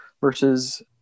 versus